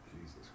Jesus